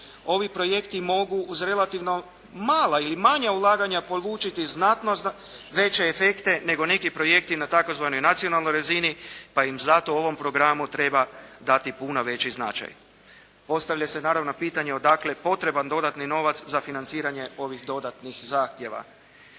Ovi projekti mogu uz relativno mala ili manja ulaganja polučiti znatno veće efekte nego neki projekti na tzv. nacionalnoj razini pa im zato u ovom programu treba dati puno veći značaj. Postavlja se naravno pitanje odakle potreban dodatni novac za financiranje ovih dodatnih zahtjeva.